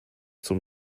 zum